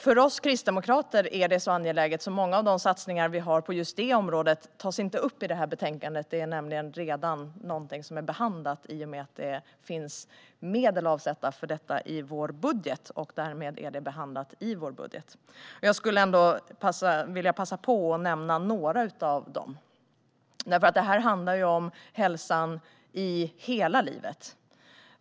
För oss kristdemokrater är detta så angeläget att många av de satsningar vi har på just detta område inte tas upp i betänkandet; de är nämligen redan behandlade i och med att det finns medel avsatta för dem i vår budget. Därmed är området behandlat i vår budget, men jag skulle ändå vilja passa på att nämna några av satsningarna. Detta handlar om hälsan under hela livet.